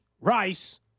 Rice